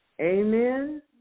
Amen